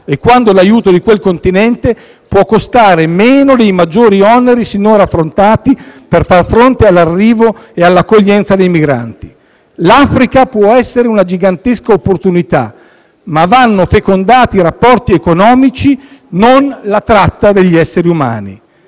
e quando l'aiuto di quel continente può costare meno dei maggiori oneri sinora sostenuti per far fronte all'arrivo e all'accoglienza dei migranti. L'Africa può essere una gigantesca opportunità, ma vanno fecondati i rapporti economici, non la tratta degli esseri umani.